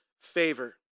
favor